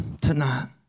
tonight